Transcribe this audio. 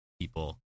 people